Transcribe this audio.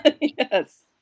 yes